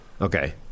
Okay